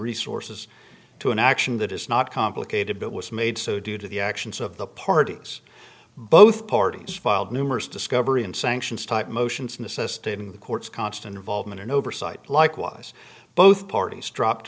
resources to an action that is not complicated but was made so due to the actions of the parties both parties filed numerous discovery and sanctions type motions necessitating the court's constant involvement in oversight likewise both parties dropped